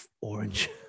orange